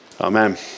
Amen